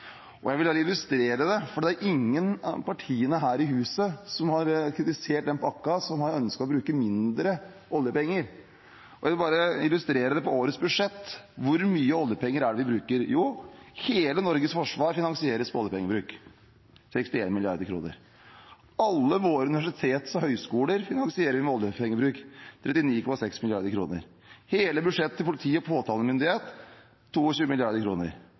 Jeg vil illustrere det, for det er ingen av partiene her i huset som har kritisert den pakken, som har ønsket å bruke mindre oljepenger. Jeg vil bare illustrere på årets budsjett hvor mye oljepenger vi bruker: Hele Norges forsvar finansieres med oljepenger – 61 mrd. kr. Alle våre universitet og høyskoler finansierer vi med oljepenger – 39,6 mrd. kr. Hele budsjettet til politi og påtalemyndighet